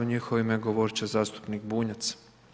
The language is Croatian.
U njihovo ime govorit će zastupnik Bunjac.